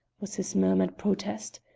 was his murmured protest,